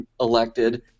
elected